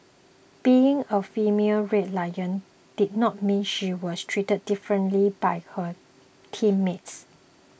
being a female Red Lion did not mean she was treated differently by her teammates